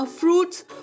fruits